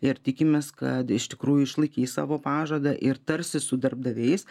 ir tikimės kad iš tikrųjų išlaikys savo pažadą ir tarsis su darbdaviais